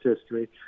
history